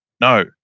No